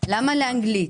למה לאנגלית?